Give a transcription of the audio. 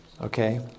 Okay